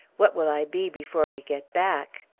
what will i be before we get back?